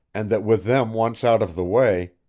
and that with them once out of the way,